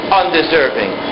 undeserving